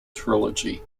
trilogy